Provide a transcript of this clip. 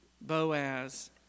Boaz